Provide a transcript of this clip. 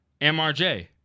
MRJ